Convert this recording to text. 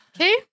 okay